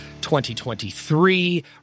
2023